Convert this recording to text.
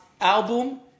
album